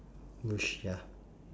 bush ya